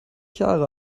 jahre